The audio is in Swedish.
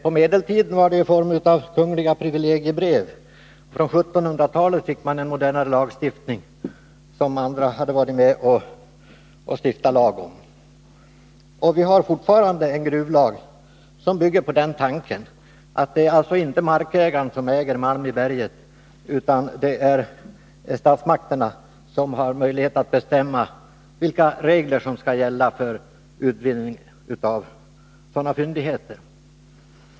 På medeltiden fanns kungliga privilegiebrev, och på 1700-talet fick vårt land modernare lagar, som andra än kungen hade varit med om att stifta. Vi har fortfarande en grundlag som bygger på tanken att det inte är markägaren som äger malmen i bergen utan att statsmakterna skall bestämma vilka regler som skall gälla för utvinning av sådana fyndigheter.